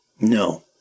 No